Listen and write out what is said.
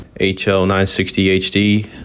hl960hd